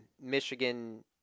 Michigan